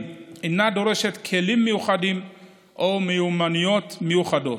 ואינה דורשת כלים מיוחדים או מיומנויות מיוחדות.